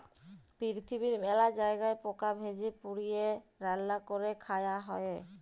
পিরথিবীর মেলা জায়গায় পকা ভেজে, পুড়িয়ে, রাল্যা ক্যরে খায়া হ্যয়ে